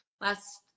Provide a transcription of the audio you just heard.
last